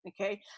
okay